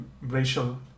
racial